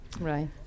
Right